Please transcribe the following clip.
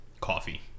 coffee